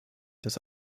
das